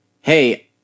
hey